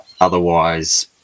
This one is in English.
otherwise